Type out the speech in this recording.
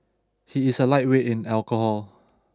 he is a lightweight in alcohol